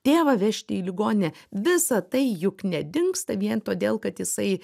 tėvą vežti į ligoninę visa tai juk nedingsta vien todėl kad jisai